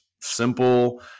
simple